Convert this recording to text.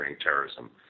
terrorism